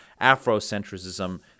Afrocentrism